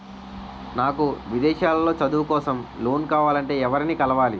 నాకు విదేశాలలో చదువు కోసం లోన్ కావాలంటే ఎవరిని కలవాలి?